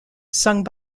sung